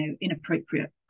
inappropriate